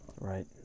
right